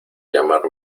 llamar